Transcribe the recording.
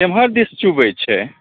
केम्हर दिस चुबै छै